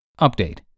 Update